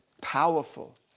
powerful